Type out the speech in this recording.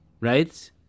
right